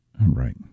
Right